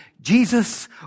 Jesus